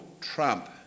Trump